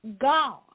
God